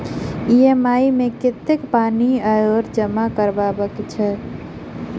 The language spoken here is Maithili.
ई.एम.आई मे कतेक पानि आओर जमा करबाक छैक?